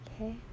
Okay